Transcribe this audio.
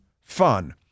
Fun